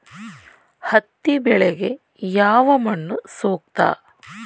ಹತ್ತಿ ಬೆಳೆಗೆ ಯಾವ ಮಣ್ಣು ಸೂಕ್ತ?